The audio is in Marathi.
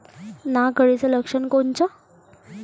नाग अळीचं लक्षण कोनचं?